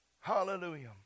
Hallelujah